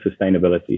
sustainability